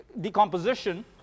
decomposition